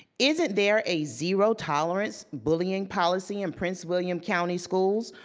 isn't there a zero tolerance bullying policy in prince william county schools,